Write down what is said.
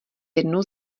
jednu